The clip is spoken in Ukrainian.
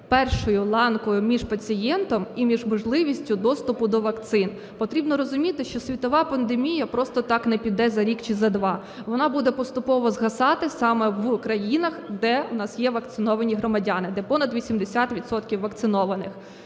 першою ланкою між пацієнтом і між можливістю доступу до вакцин. Потрібно розуміти, що світова пандемія просто так не піде за рік чи за два. Вона буде поступово згасати саме в країнах, де у нас є вакциновані громадяни, де понад 80 відсотків вакцинованих.